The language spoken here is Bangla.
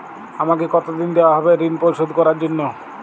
আমাকে কতদিন দেওয়া হবে ৠণ পরিশোধ করার জন্য?